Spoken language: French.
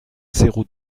zéro